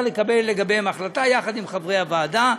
לקבל לגביהן החלטה יחד עם חברי הוועדה,